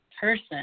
person